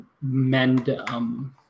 mend